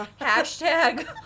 hashtag